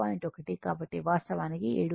1 కాబట్టి వాస్తవానికి 7